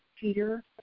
Peter